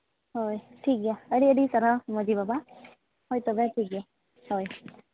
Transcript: ᱦᱳᱭ ᱴᱷᱤᱠᱜᱮᱭᱟ ᱟᱹᱰᱟᱹᱰᱤ ᱥᱟᱨᱦᱟᱣ ᱢᱟᱹᱡᱷᱤ ᱵᱟᱵᱟ ᱦᱳᱭ ᱛᱚᱵᱮ ᱴᱷᱤᱠᱜᱮᱭᱟ ᱦᱳᱭ